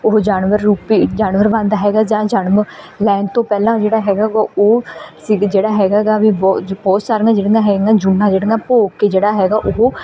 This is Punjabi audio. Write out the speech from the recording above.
ਉਹ ਜਾਨਵਰ ਰੂਪ ਭੇਟ ਜਾਨਵਰ ਬਣਦਾ ਹੈਗਾ ਜਾਂ ਜਨਮ ਲੈਣ ਤੋਂ ਪਹਿਲਾਂ ਜਿਹੜਾ ਹੈਗਾ ਉਹ ਉਹ ਸੀਗਾ ਜਿਹੜਾ ਹੈਗਾ ਗਾ ਵੀ ਬਹੁਤ ਬਹੁਤ ਸਾਰੀਆਂ ਜਿਹੜੀਆਂ ਹੈਗੀਆਂ ਜੂਨਾਂ ਜਿਹੜੀਆਂ ਭੋਗ ਕੇ ਜਿਹੜਾ ਹੈਗਾ ਉਹ